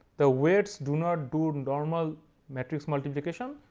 the weights do not do normal matrix multiplication,